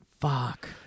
Fuck